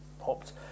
popped